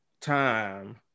time